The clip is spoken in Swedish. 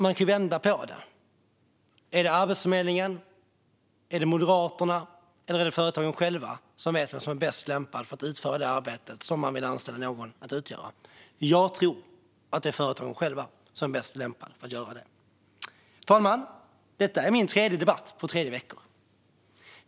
Man kan vända på det: Är det Arbetsförmedlingen, är det Moderaterna eller är det företagen själva som vet vem som är bäst lämpad att utföra det arbete som man vill anställa någon för att utföra? Jag tror att det är företagen själva. Fru talman! Detta är min tredje debatt på tre veckor.